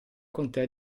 contea